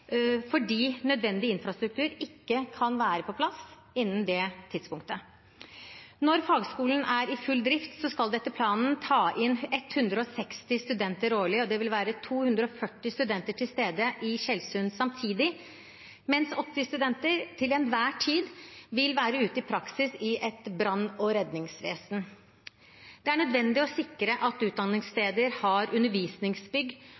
fordi nødvendig infrastruktur ikke kan være på plass innen det tidspunktet. Når fagskolen er i full drift, skal den etter planen ta inn 160 studenter årlig. Det vil være 240 studenter til stede i Tjeldsund samtidig, mens 80 studenter til enhver tid vil være ute i praksis i et brann- og redningsvesen. Det er nødvendig å sikre at